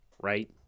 right